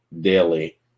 daily